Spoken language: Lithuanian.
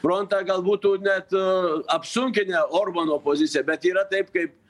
frontą gal būtų net apsunkinę orbano poziciją bet yra taip kaip